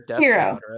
hero